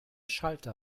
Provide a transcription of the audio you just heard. schalter